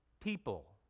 people